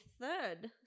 third